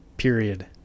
period